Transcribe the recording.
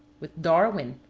with darwin,